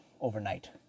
overnight